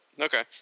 Okay